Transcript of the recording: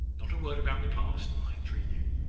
not a word about the past, i entreat you.